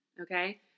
Okay